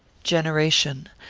generation.